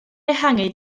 ehangu